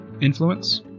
Influence